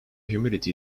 humidity